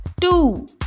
two